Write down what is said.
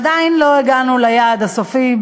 עדיין לא הגענו ליעד הסופי.